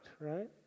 right